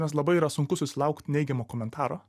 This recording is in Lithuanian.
nes labai yra sunku susilaukt neigiamo komentaro